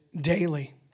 daily